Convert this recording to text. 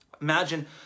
Imagine